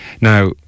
Now